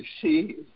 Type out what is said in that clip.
see